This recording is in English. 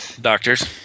Doctors